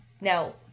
Now